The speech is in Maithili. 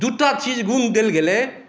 दू टा चीज गुण देल गेलै